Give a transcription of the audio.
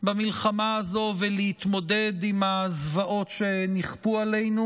במלחמה הזו ולהתמודד עם הזוועות שנכפו עלינו.